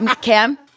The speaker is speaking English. Cam